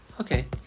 Okay